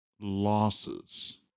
losses